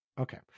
Okay